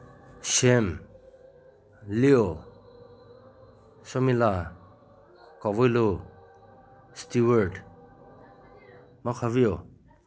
ꯁꯤꯌꯟ ꯂꯤꯌꯣ ꯁꯨꯃꯤꯂꯥ ꯀꯧꯕꯨꯏꯂꯨ ꯏꯁꯇꯤꯋꯥꯔꯠ ꯃꯈꯥꯕꯤꯌꯨ